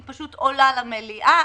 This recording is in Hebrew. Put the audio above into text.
היא פשוט עולה למליאה,